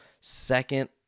Second